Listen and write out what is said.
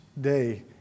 day